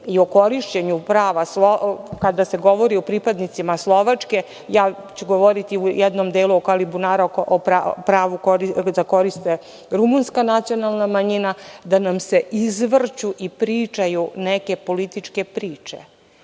i o korišćenju prava kada se govori o pripadnicima Slovačke, ja ću govoriti u jednom delu oko Alibunara, o pravu koju koristi rumunska nacionalna manjina, da nam se izvrću i pričaju neke političke priče. Ovo